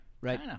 Right